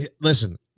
listen